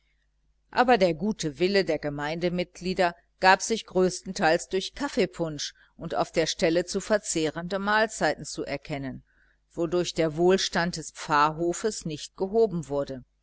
aber der gute wille der gemeindemitglieder gab sich größtenteils durch kaffeepunsch und auf der stelle zu verzehrende mahlzeiten zu erkennen wodurch der wohlstand des pfarrhofes nicht gehoben wurde